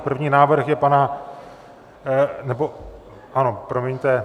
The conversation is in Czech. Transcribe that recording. První návrh je pana nebo ano, promiňte.